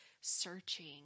searching